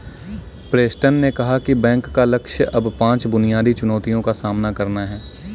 Preston ने कहा कि बैंक का लक्ष्य अब पांच बुनियादी चुनौतियों का सामना करना है